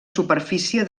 superfície